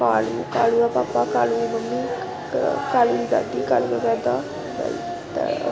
काली काली दा पापा काली दी मम्मी काली दी दादी काली दा दादा ते